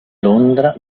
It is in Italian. londra